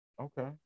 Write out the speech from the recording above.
Okay